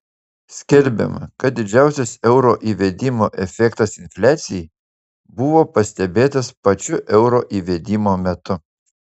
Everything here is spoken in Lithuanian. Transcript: skelbiama kad didžiausias euro įvedimo efektas infliacijai buvo pastebėtas pačiu euro įvedimo metu